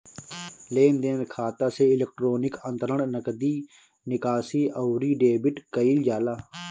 लेनदेन खाता से इलेक्ट्रोनिक अंतरण, नगदी निकासी, अउरी डेबिट कईल जाला